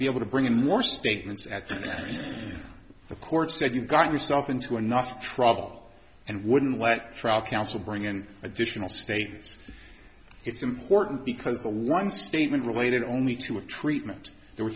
be able to bring in more space at the court said you got yourself into enough trouble and wouldn't let trial counsel bring in additional state it's important because the one statement related only to a treatment there were